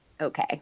okay